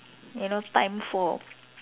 you know time for